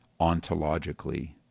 ontologically